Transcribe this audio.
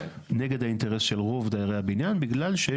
נגד האינטרס של רוב דיירי הבניין.